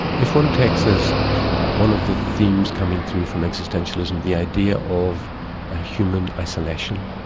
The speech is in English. if one takes as one of the themes coming through from existentialism the idea of a human isolation,